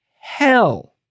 hell